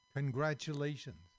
congratulations